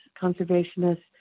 conservationists